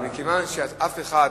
אבל מכיוון שאף אחד,